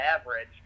average